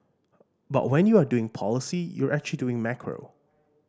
but when you are doing policy you're actually doing macro